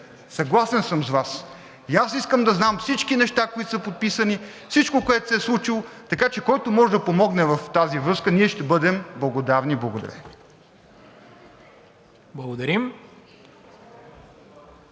Съгласен съм с Вас. И аз искам да знам всички неща, които са подписани, всичко, което се е случило, така че, който може да помогне в тази връзка, ние ще бъдем благодарни. Благодаря.